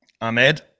Ahmed